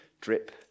drip